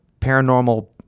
paranormal